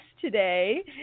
today